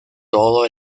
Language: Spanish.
todo